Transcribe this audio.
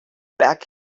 back